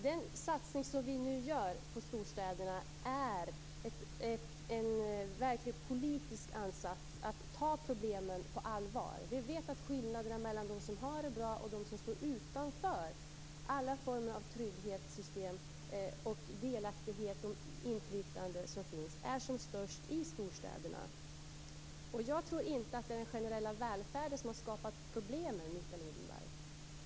Den satsning som vi nu gör på storstäderna är en verklig politisk ansats att ta problemen på allvar. Vi vet att skillnaderna mellan dem som har det bra och dem som står utanför alla former av trygghetssystem, delaktighet och inflytande är som störst i storstäderna. Och jag tror inte att det är den generella välfärden som har skapat problemen, Mikael Odenberg.